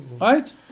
right